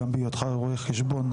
גם בהיותך רואה חשבון,